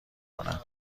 کنم